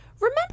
Remember